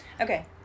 Okay